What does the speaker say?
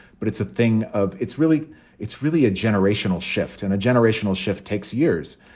but it's a thing of it's really it's really a generational shift and a generational shift takes years.